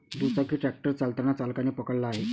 दुचाकी ट्रॅक्टर चालताना चालकाने पकडला आहे